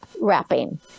wrapping